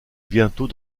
bientôt